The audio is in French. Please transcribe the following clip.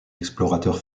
explorateurs